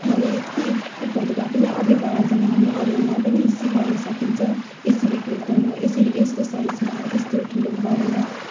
हामी के त्यो फोटोग्राफीलाई अघि बढाएर जाने हामी अरूहरूलाई पनि सिकाउन सकिन्छ यसरी क्लिक गर्नु यसरी यस्तो साइजमा यस्तो ठुलो पारेर